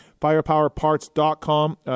Firepowerparts.com